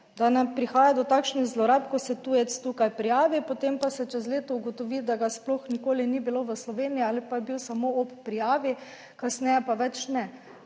da ne prihaja do takšnih zlorab, ko se tujec tukaj prijavi, potem pa se čez leto ugotovi, da ga sploh nikoli ni bilo v Sloveniji ali pa je bil samo ob prijavi, kasneje pa več ne.